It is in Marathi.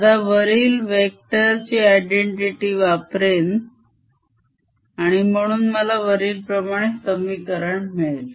आता वरील वेक्टर ची identity वापरेन आणि म्हणून मला वरील समीकरण मिळेल